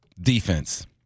Defense